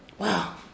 Wow